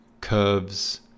curves